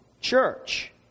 church